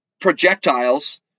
projectiles